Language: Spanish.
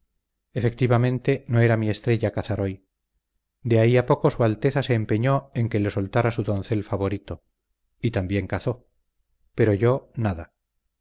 efectivamente no era mi estrella cazar hoy de ahí a poco su alteza se empeñó en que le soltara su doncel favorito y también cazó pero yo nada